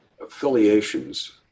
affiliations